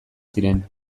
ziren